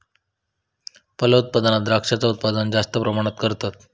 फलोत्पादनात द्रांक्षांचा उत्पादन जास्त प्रमाणात करतत